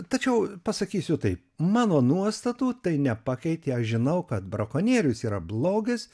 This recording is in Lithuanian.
tačiau pasakysiu taip mano nuostatų tai nepakeitė aš žinau kad brakonierius yra blogis